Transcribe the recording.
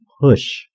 push